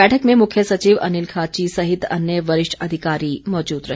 बैठक में मुख्य सचिव अनिल खाची सहित अन्य वरिष्ठ अधिकारी मौजूद रहे